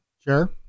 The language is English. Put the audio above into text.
Sure